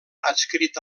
adscrit